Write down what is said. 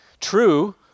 True